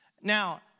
Now